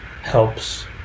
helps